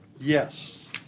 Yes